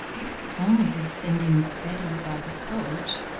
it will only be sending betty by the coach,